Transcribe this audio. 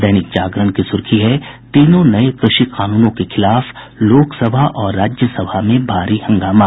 दैनिक जागरण की सुर्खी है तीनों नये कृषि कानूनों के खिलाफ लोकसभा और राज्यसभा में भारी हंगामा